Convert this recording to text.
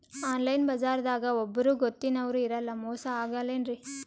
Online ಬಜಾರದಾಗ ಒಬ್ಬರೂ ಗೊತ್ತಿನವ್ರು ಇರಲ್ಲ, ಮೋಸ ಅಗಲ್ಲೆನ್ರಿ?